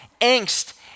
angst